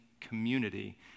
community